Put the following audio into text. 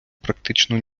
практично